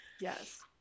Yes